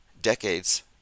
decades